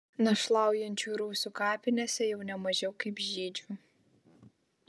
našlaujančių rusių kapinėse jau ne mažiau kaip žydžių